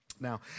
Now